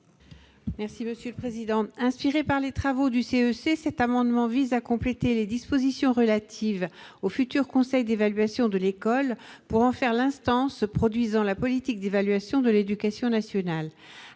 Mme Jacky Deromedi. Inspiré par les travaux du CEC, cet amendement vise à compléter les dispositions relatives au futur conseil d'évaluation de l'école pour en faire l'instance produisant la politique d'évaluation de l'éducation nationale.